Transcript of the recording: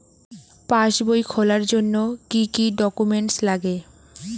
পাসবই খোলার জন্য কি কি ডকুমেন্টস লাগে?